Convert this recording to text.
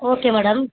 okay madam